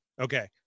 Okay